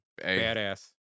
badass